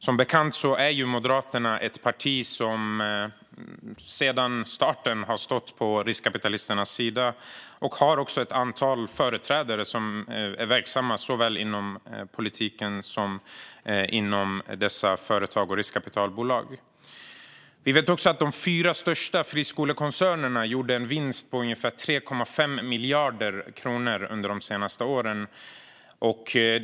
Som bekant är Moderaterna ett parti som sedan starten har stått på riskkapitalisternas sida och har ett antal företrädare som är verksamma såväl inom politiken som inom dessa företag och riskkapitalbolag. Vi vet också att de fyra största friskolekoncernerna gjorde en vinst på ungefär 3,5 miljarder kronor under de senaste åren.